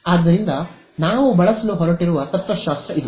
ಆದ್ದರಿಂದ ನಾವು ಬಳಸಲು ಹೊರಟಿರುವ ತತ್ವಶಾಸ್ತ್ರ ಇದು